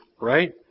Right